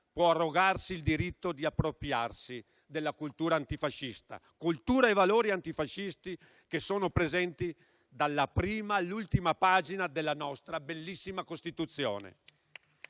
può arrogarsi il diritto di appropriarsi della cultura antifascista, cultura e valori antifascisti che sono presenti dalla prima all'ultima pagina della nostra bellissima Costituzione.